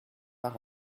par